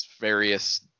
various